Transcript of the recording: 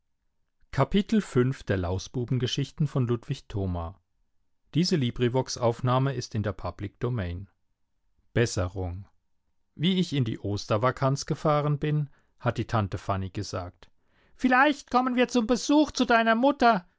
besserung wie ich in die ostervakanz gefahren bin hat die tante fanny gesagt vielleicht kommen wir zum besuch zu deiner mutter